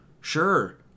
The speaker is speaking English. Sure